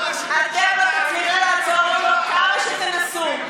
אתם לא תוכלו לעצור לנו, כמה שתנסו.